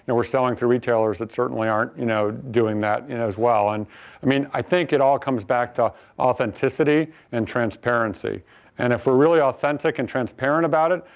and we're selling to retailers that certainly aren't you know doing that as well. and i mean i think it all comes back to authenticity and transparency and if we're really authentic and transparent about it,